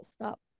stop